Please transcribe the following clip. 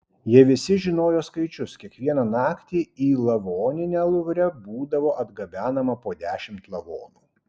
jie visi žinojo skaičius kiekvieną naktį į lavoninę luvre būdavo atgabenama po dešimt lavonų